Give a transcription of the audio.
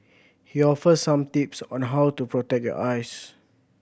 he offers some tips on how to protect your eyes